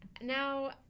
Now